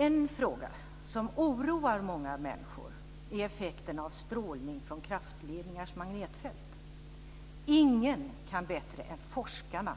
En fråga som oroar många människor är effekterna av strålning från kraftledningars magnetfält. Ingen kan bättre än forskarna